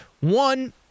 one